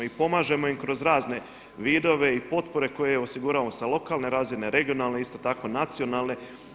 I pomažemo im kroz razne vidove i potpore koje osiguravamo s lokalne razine, regionalne, isto tako nacionalne.